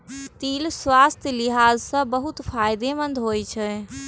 तिल स्वास्थ्यक लिहाज सं बहुत फायदेमंद होइ छै